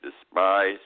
despise